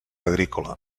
agrícola